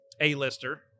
A-lister